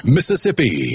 Mississippi